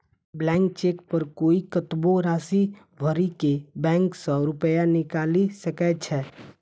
blank cheque पर कोइ कतबो राशि भरि के बैंक सं रुपैया निकालि सकै छै